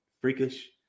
freakish